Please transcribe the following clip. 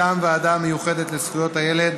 מטעם הוועדה המיוחדת לזכויות הילד,